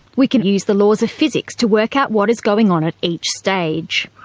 we can use the laws of physics to work out what is going on at each stage.